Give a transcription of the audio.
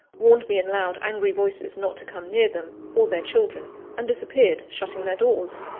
warned me in loud, angry voices not to come near them, or their children and disappeared, shutting their doors.